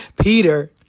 Peter